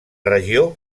regió